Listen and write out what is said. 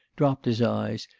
dropped his eyes,